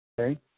okay